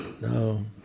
No